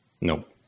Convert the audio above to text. Nope